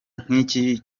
nk’iki